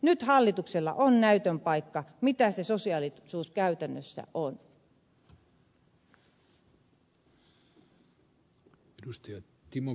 nyt hallituksella on näytön paikka mitä se sosiaalisuus käytännössä on